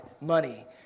money